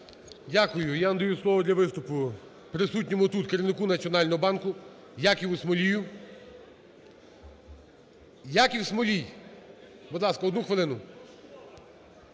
Дякую. Я надаю слово для виступу присутньому тут керівнику Національного банку Якову Смолію. Яків Смолій, будь ласка, одну хвилину.